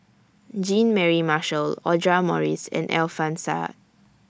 Jean Mary Marshall Audra Morrice and Alfian Sa'at